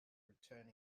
returning